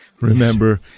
remember